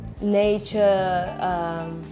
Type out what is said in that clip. nature